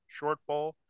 shortfall